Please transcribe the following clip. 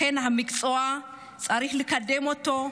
לכן צריך לקדם את המקצוע,